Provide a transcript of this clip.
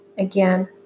Again